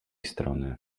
strony